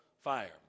fire